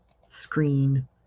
screen